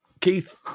Keith